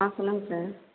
ஆ சொல்லுங்கள் சார்